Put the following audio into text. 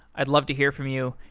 i'd love to hear from you.